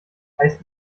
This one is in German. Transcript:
heißt